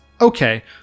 okay